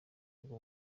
bwo